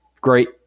great